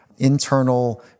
internal